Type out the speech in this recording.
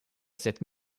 cette